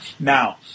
Now